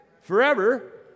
forever